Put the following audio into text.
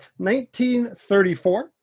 1934